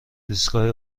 ایستگاه